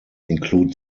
include